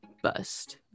bust